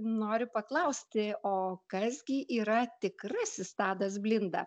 noriu paklausti o kas gi yra tikrasis tadas blinda